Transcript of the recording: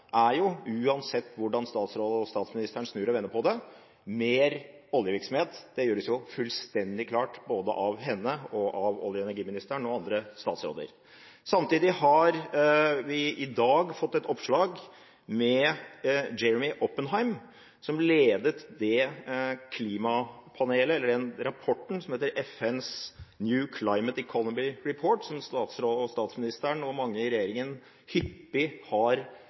er, uansett hvordan statsråden og statsministeren snur og vender på det, mer oljevirksomhet – det gjøres fullstendig klart både av henne og av olje- og energiministeren og andre statsråder. Samtidig har vi i dag fått et oppslag med Jeremy Oppenheim som ledet den rapporten som heter FNs New Climate Economy Report som statsministeren og mange i regjeringen hyppig har